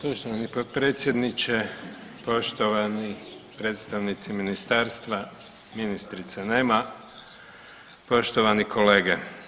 Poštovani potpredsjedniče, poštovani predstavnici ministarstva, ministrice nema, poštovani kolege.